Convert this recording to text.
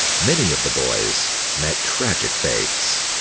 many of the boys met tragic fates.